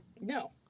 No